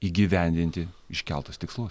įgyvendinti iškeltus tikslus